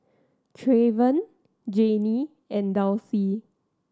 Treyvon Janie and Dulcie